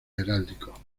heráldicos